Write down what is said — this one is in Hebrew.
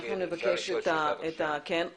אנחנו נבקש את הנתונים האלה.